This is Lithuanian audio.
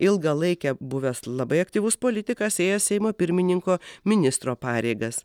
ilgą laiką buvęs labai aktyvus politikas ėjęs seimo pirmininko ministro pareigas